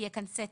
יהיה כאן סט